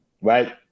right